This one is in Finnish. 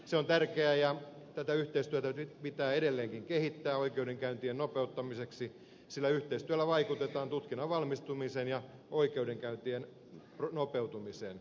se on tärkeää ja tätä yhteistyötä pitää edelleenkin kehittää oikeudenkäyntien nopeuttamiseksi sillä yhteistyöllä vaikutetaan tutkinnan valmistumiseen ja oikeudenkäyntien nopeutumiseen